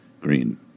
Green